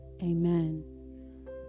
Amen